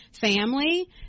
family